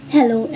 Hello